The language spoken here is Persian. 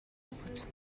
بود